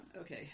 Okay